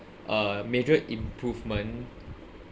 a major improvement